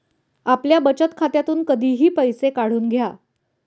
आपल्या बचत खात्यातून कधीही पैसे काढून घ्या